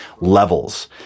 levels